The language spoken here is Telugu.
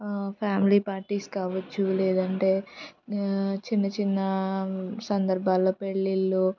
ఫ్యామిలీ పార్టీస్ కావొచ్చు లేదంటే చిన్న చిన్న సందర్భాల్లో పెళ్ళిళ్ళు